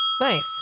Nice